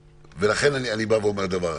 ולכן אני אומר דבר אחד: